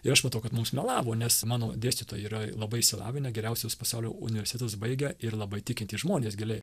ir aš matau kad mums melavo nes mano dėstytojai yra labai išsilavinę geriausius pasaulio universitetus baigę ir labai tikintys žmonės giliai